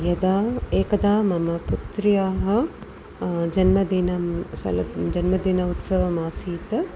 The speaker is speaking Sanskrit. यदा एकदा मम पुत्र्याः जन्मदिनं स्वल्प् जन्मदिनम् उत्सवम् आसीत्